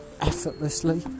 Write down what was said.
effortlessly